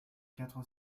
quatre